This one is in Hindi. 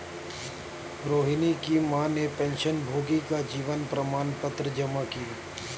रोहिणी की माँ ने पेंशनभोगी का जीवन प्रमाण पत्र जमा की